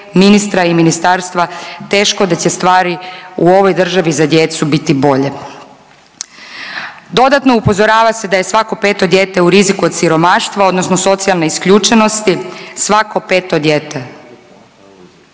ministra i ministarstva teško da će stvari u ovoj državi za djecu biti bolje. Dodatno upozorava se da je svako 5 dijete u riziku od siromaštva odnosno socijalne isključenosti, svako 5 dijete.